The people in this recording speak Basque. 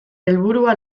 helburua